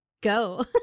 go